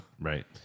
Right